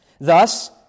thus